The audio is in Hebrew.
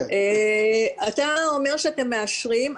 אתה אומר שאתם מאשרים,